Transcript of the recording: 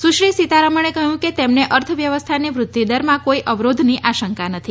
સુશ્રી સીતારમણે કહ્યું કે તેમને અર્થ વ્યવસ્થાની વૃધ્યિદરમાં કોઇ અવરોધની આશંકા નથી